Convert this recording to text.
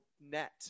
net